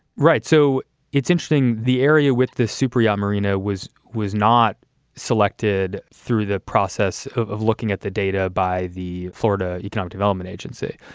right. so it's interesting. the area with the super rich ah marina was was not selected through the process of looking at the data by the florida economic development agency.